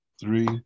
three